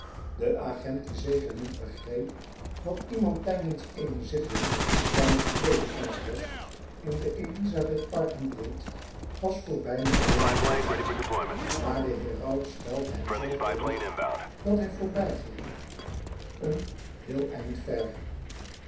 de agent die zeker niet begreep wat iemand tijdens eene zitting van het vrede congres in de elizabethparken deed was voorbij melena gegaan maar de heraut stelde hem zoo gerust dat hij voorbijging een heel eind ver